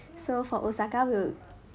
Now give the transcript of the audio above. so for osaka will